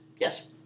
Yes